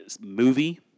movie